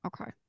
Okay